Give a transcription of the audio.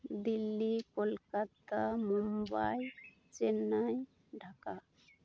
Delhi Kolkata Mumbai Chennai Dhaka